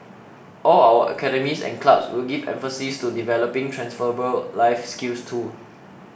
all our academies and clubs will give emphases to developing transferable life skills too